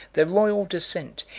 their royal descent,